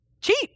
cheap